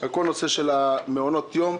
על כל נושא של מעונות יום,